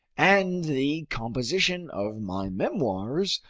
and the composition of my memoirs,